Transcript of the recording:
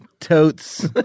totes